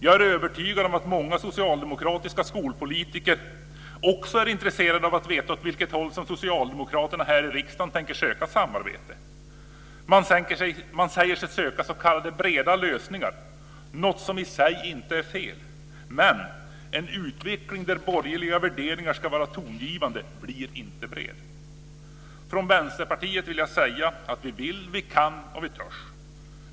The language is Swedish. Jag är övertygad om att många socialdemokratiska skolpolitiker också är intresserade av att veta åt vilket håll socialdemokraterna här i riksdagen tänker söka samarbete. Man säger sig söka s.k. breda lösningar, något som i sig inte är fel. Men en utveckling där borgerliga värderingar ska vara tongivande blir inte bred. Från Vänsterpartiets sida vill jag säga att vi vill, vi kan och vi törs.